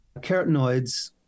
carotenoids